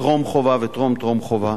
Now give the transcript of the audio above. טרום-חובה וטרום-טרום-חובה,